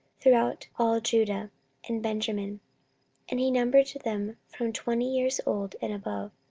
throughout all judah and benjamin and he numbered them from twenty years old and above,